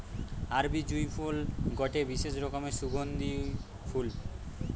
আরবি জুঁই ফুল গটে বিশেষ রকমের সুগন্ধিও ফুল